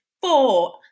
four